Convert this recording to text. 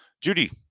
Judy